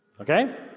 Okay